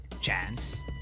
chance